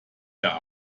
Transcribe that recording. der